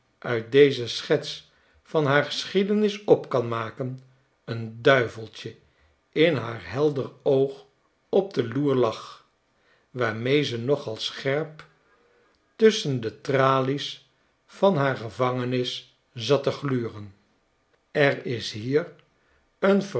uit deze schets van haar geschiederiis op kan maken een duiveltje in haar helder oog op de loer lag waarmee ze nogal scherp tusschen de tralies van haar gevangenis zat te gluren er is hier een